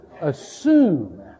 assume